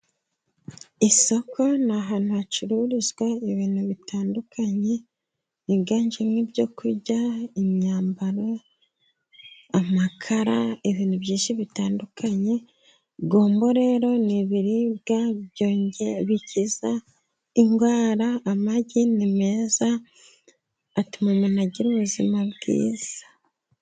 Isoko ni ahantu hacururizwa ibintu bitandukanye higanjemo ibyo kurya, imyambaro, amakara, ibintu byinshi bitandukanye, gombo rero ni ibiribwa byo bikiza indwara, amagi ni meza atuma umuntu agira ubuzima bwiza.